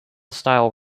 style